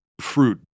fruit